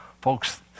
Folks